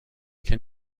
can